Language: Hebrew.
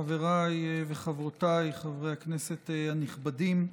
חבריי וחברותיי חברי הכנסת הנכבדים,